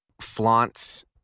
flaunts